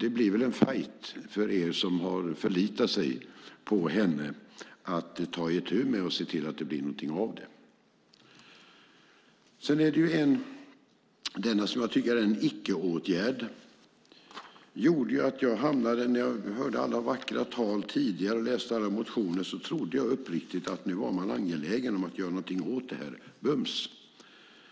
Det blir alltså en fajt för er som har förlitat sig på henne att ta itu med detta och se till att det blir någonting av det. Det enda jag tycker är en icke-åtgärd gjorde att jag, när jag hörde alla vackra tal och läste alla motioner tidigare, uppriktigt trodde att man nu var angelägen att göra någonting åt detta.